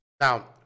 Now